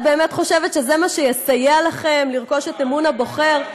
את באמת חושבת שזה מה שיסייע לכם לרכוש את אמון הבוחר?